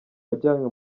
wajyanywe